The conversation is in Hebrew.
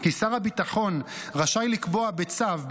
כי שר הביטחון רשאי לקבוע בצו,